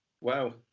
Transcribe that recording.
wow